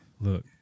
Look